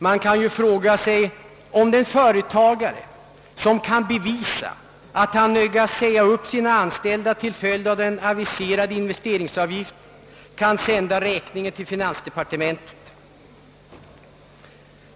Man kan fråga sig, om den företagare som kan bevisa att han nödgats säga upp sina anställda till följd av den aviserade investeringsavgiften kan sända räkningen till finansdepartementet.